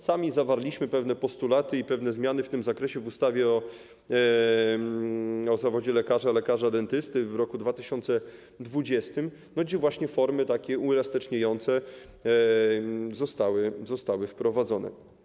Sami zawarliśmy pewne postulaty i pewne zmiany w tym zakresie w ustawie o zawodzie lekarza i lekarza dentysty w roku 2020, gdzie właśnie takie uelastyczniające formy zostały wprowadzone.